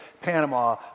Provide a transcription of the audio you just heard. Panama